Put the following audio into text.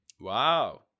wow